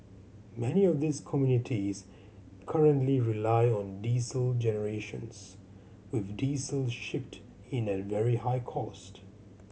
many of these communities currently rely on diesel generations with diesel shipped in at very high cost